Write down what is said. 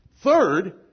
Third